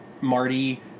Marty